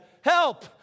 help